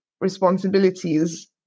responsibilities